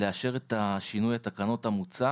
לאשר את שינוי התקנות המוצע